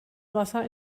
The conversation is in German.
wasser